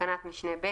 בתקנת משנה (ב),